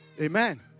Amen